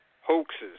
hoaxes